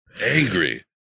angry